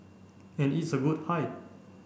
and it's a good height